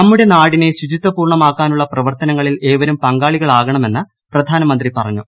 നമ്മുടെ നാടിനെ ശുചിത്വ പൂർണ്ണമാക്കാനുള്ള പ്രവർത്തനങ്ങളിൽ ഏവരും പങ്കാളികളാകണമെന്ന് പ്രധാനമന്ത്രി പറഞ്ഞു